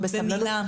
מילה.